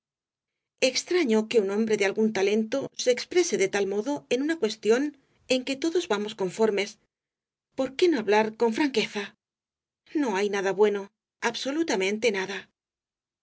extraño que un hombre de algún talento se exprese de tal modo en una cuestión en que todos tomo i v s rosalía de castro vamos conformes por qué no hablar con franqueza no hay nada bueno absolutamente nada